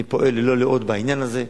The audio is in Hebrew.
אני פועל ללא לאות בעניין הזה.